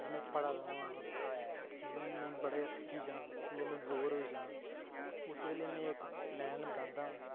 अज्ज में पढ़ा दा होआं जिसलै में बड़े थक्की जां ते में बोर होई जां उस बेल्लै में इक प्लैन बनांदा